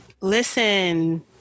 Listen